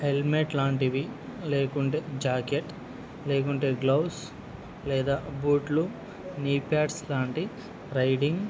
helmet లాంటివి లేకుంటే jacket లేకుంటే గ్లవ్స్ లేదా బూట్లు నీ ప్యాడ్స్ లాంటి రైడింగ్